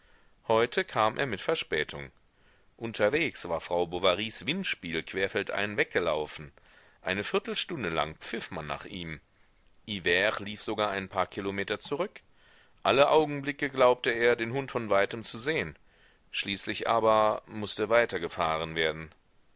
heute kam er mit verspätung unterwegs war frau bovarys windspiel querfeldein weggelaufen eine viertelstunde lang pfiff man nach ihm hivert lief sogar ein paar kilometer zurück aller augenblicke glaubte er den hund von weitem zu sehen schließlich aber mußte weitergefahren werden